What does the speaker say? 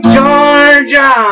Georgia